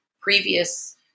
previous